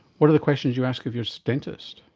what are the questions you ask of your so dentist